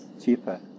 cheaper